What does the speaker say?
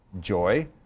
Joy